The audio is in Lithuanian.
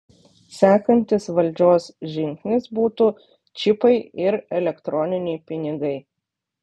sekantis valdžios žingsnis būtų čipai ir elektroniniai pinigai